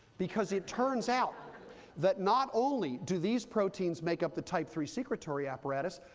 because it turns out that not only do these proteins make up the type three secretory apparatus,